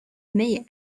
meyers